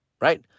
Right